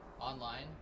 online